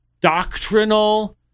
doctrinal